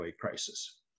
crisis